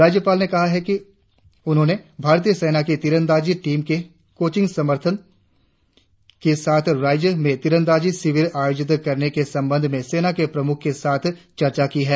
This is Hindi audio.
राज्यपाल ने कहा कि उन्होंने भारतीय सेना की तिरंदाजी टीम के कोचिंग समर्थन के साथ राज्य में तिरंदाजी शिविर आयोजित करने के संबंध में सेना के प्रमुख के साथ चर्चा की है